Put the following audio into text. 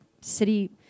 city